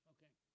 Okay